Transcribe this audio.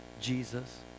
Jesus